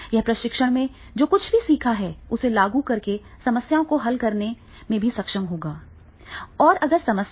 वह प्रशिक्षण में जो कुछ भी सीखा है उसे लागू करके समस्याओं को हल करने में भी सक्षम होगा